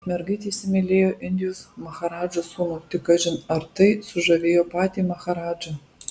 mergaitė įsimylėjo indijos maharadžos sūnų tik kažin ar tai sužavėjo patį maharadžą